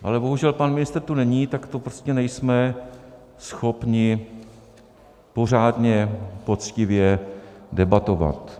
Ale bohužel pan ministr tu není, tak to prostě nejsme schopni pořádně, poctivě debatovat.